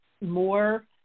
more